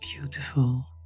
beautiful